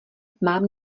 mám